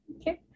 Okay